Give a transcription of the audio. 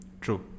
True